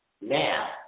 Now